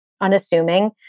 unassuming